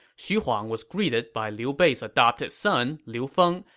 xu huang was greeted by liu bei's adopted son, liu feng,